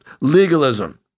legalism